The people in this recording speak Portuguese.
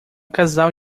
casal